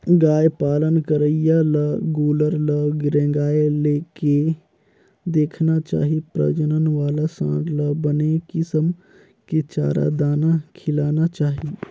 गाय पालन करइया ल गोल्लर ल रेंगाय के देखना चाही प्रजनन वाला सांड ल बने किसम के चारा, दाना खिलाना चाही